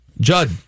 Judd